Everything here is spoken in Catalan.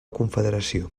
confederació